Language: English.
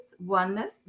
oneness